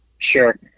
Sure